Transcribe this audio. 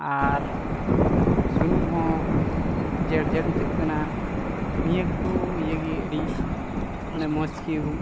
ᱟᱨ ᱥᱩᱱᱩᱢ ᱦᱚᱸ ᱡᱮᱲᱼᱡᱮᱲ ᱟᱹᱭᱠᱟᱹᱜ ᱠᱟᱱᱟ ᱱᱤᱭᱟᱹ ᱠᱚ ᱤᱭᱟᱹ ᱜᱮ ᱟᱹᱰᱤ ᱢᱟᱱᱮ ᱢᱚᱡᱽ ᱜᱮ